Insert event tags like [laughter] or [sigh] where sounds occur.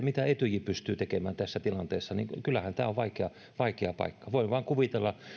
[unintelligible] mitä etyj pystyy tekemään tässä tilanteessa kyllähän tämä on vaikea vaikea paikka voin vain kuvitella